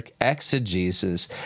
exegesis